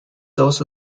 also